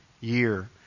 year